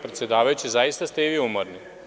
Predsedavajući, zaista ste i vi umorni.